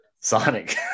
sonic